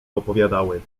opowiadały